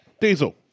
Diesel